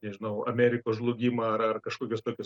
nežinau amerikos žlugimą ar ar kažkokius tokius